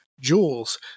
jewels